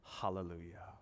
Hallelujah